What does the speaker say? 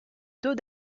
taux